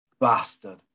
Bastard